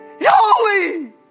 Holy